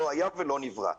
לא היה ולא נברא.